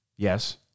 Yes